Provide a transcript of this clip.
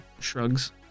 shrugs